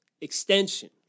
extension